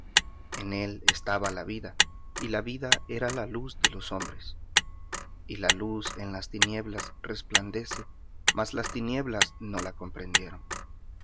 en él estaba la vida y la vida era la luz de los hombres y la luz en las tinieblas resplandece mas las tinieblas no la comprendieron